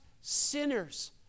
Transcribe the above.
sinners